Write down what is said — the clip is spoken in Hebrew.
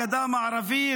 הגדה המערבית,